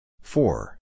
four